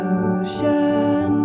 ocean